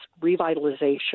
revitalization